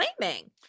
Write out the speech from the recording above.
claiming